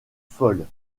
folle